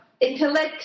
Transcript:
intellect